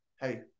hey